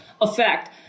effect